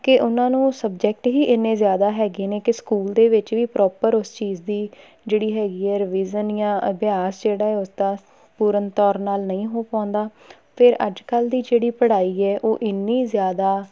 ਕਿ ਉਹਨਾਂ ਨੂੰ ਸਬਜੈਕਟ ਹੀ ਇੰਨੇ ਜ਼ਿਆਦਾ ਹੈਗੇ ਨੇ ਕਿ ਸਕੂਲ ਦੇ ਵਿੱਚ ਵੀ ਪ੍ਰੋਪਰ ਉਸ ਚੀਜ਼ ਦੀ ਜਿਹੜੀ ਹੈਗੀ ਹੈ ਰਿਵੀਜ਼ਨ ਜਾਂ ਅਭਿਆਸ ਜਿਹੜਾ ਉਸਦਾ ਸੰਪੂਰਨ ਤੌਰ ਨਾਲ ਨਹੀਂ ਹੋ ਪਾਉਂਦਾ ਫਿਰ ਅੱਜ ਕੱਲ੍ਹ ਦੀ ਜਿਹੜੀ ਪੜ੍ਹਾਈ ਹੈ ਉਹ ਇੰਨੀ ਜ਼ਿਆਦਾ